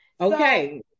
Okay